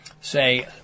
say